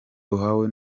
uhawe